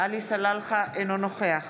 אינו נוכח